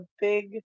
big